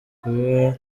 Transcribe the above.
kuba